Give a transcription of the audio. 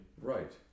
Right